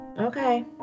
Okay